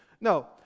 No